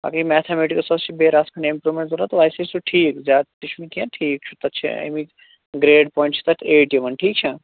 اگرے میتھا میٹٕکسَس چھِ بیٚیہِ رَژھ کھنٛڈ اِمپرومٮ۪نٹ ضرَوٗرت ویسے چھُ ٹھیٖک زیادٕ تہِ چھُنہٕ کیٚنٛہہ ٹھیٖک چھُ تَتھ چھِ اَمیُک گرٛیڈ پوایِنٛٹ چھِ تَتھ ایٚٹ یِوان ٹھیٖک چھا